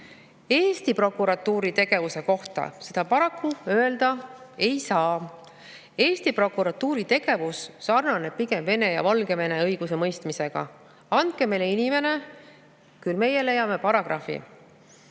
Eesti prokuratuuri tegevuse kohta seda paraku öelda ei saa. Eesti prokuratuuri tegevus sarnaneb pigem Vene ja Valgevene õigusemõistmisega: "Andke meile inimene, küll meie leiame paragrahvi."